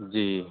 जी